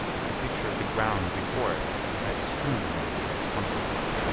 he pictured the ground before it as strewn with the discomfited.